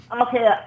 Okay